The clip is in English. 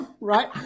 right